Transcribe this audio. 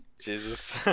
Jesus